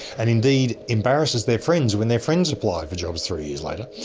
and indeed embarrasses their friends when their friends apply for jobs three years later,